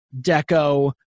deco